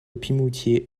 pimoutier